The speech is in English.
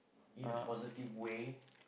in a positive way